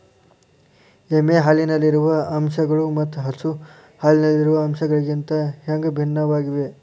ಎಮ್ಮೆ ಹಾಲಿನಲ್ಲಿರುವ ಅಂಶಗಳು ಮತ್ತ ಹಸು ಹಾಲಿನಲ್ಲಿರುವ ಅಂಶಗಳಿಗಿಂತ ಹ್ಯಾಂಗ ಭಿನ್ನವಾಗಿವೆ?